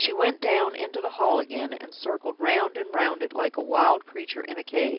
she went down into the hall again, and circled round and round it like a wild creature in a cage.